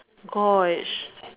Gosh